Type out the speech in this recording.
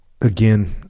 again